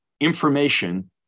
information